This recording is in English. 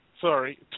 Sorry